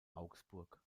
augsburg